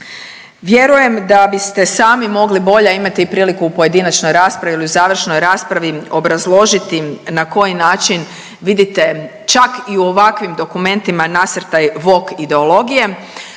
Vjerujem da biste sami mogli bolje, a imate priliku u pojedinačnoj raspravi ili u završnoj raspravi obrazložiti na koji način vidite čak i ovakvim dokumentima nasrtaj woke ideologije.